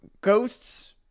ghosts